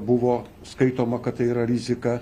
buvo skaitoma kad tai yra rizika